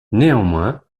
néanmoins